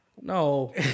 no